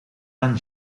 dan